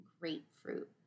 grapefruit